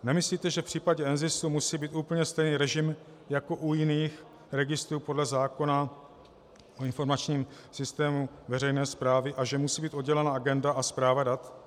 Nemyslíte, že v případě NZIS musí být úplně stejný režim jako u jiných registrů podle zákona o informačním systému veřejné správy a že musí být oddělena agenda a správa dat?